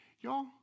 Y'all